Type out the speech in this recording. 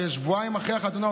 כשבועיים אחרי החתונה,